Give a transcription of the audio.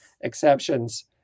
exceptions